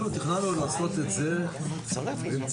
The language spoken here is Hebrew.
אנחנו תכננו לעשות את זה בטלפון.